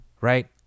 right